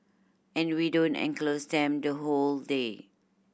and we don't enclose them the whole day